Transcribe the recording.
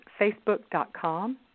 facebook.com